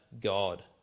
God